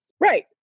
Right